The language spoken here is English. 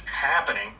happening